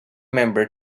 member